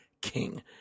king